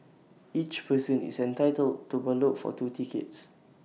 each person is entitled to ballot for two tickets